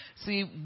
See